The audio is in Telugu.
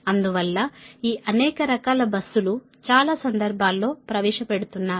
అందువల్ల ఈ అనేక రకాల బస్సులు చాలా సందర్భాల్లో ప్రవేశపెడుతున్నారు